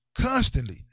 Constantly